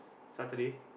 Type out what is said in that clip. Saturday